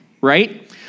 right